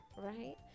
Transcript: Right